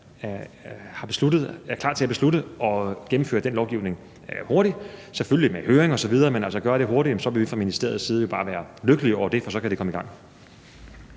er klar til at beslutte at gennemføre den lovgivning hurtigt – selvfølgelig med høring osv., men altså gøre det hurtigt – så vil vi fra ministeriets side bare være lykkelige over det, for så kan det komme i gang.